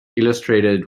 illustrated